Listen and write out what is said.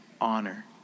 honor